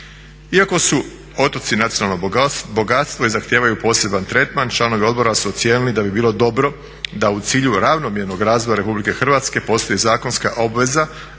Iako su otoci nacionalno bogatstvo i zahtijevaju poseban tretman, članovi odbora su ocijenili da bi bilo dobro da u cilju ravnomjernog razvoja RH postoji zakonska obveza